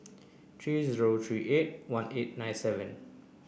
three zero three eight one eight nine seven